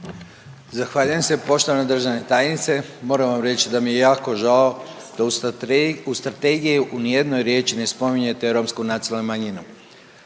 Zahvaljujem se. Poštovana državna tajnice moram vam reći da mi je jako žao da u strategiji u ni jednoj riječi ne spominjete romsku nacionalnu manjinu.